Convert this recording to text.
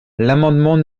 l’amendement